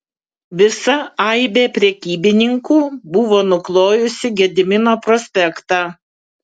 visa aibė prekybininkų buvo nuklojusi gedimino prospektą